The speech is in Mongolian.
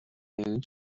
нэгэн